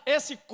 Esse